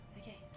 Okay